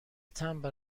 تمبر